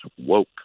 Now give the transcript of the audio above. woke